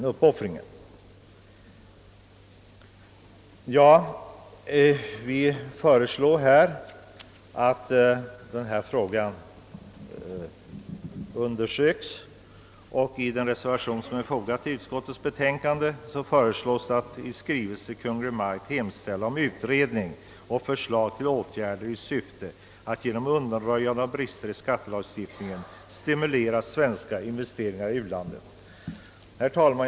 Motionärerna har föreslagit att denna fråga skall undersökas, och i den reservation som fogats till utskottets betänkande yrkas att riksdagen »måtte i skrivelse till Kungl. Maj:t hemställa om utredning och förslag till åtgärder i syfte att genom undanröjande av brister i skattelagstiftningen stimulera svenska investeringar i u-länderna».